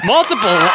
Multiple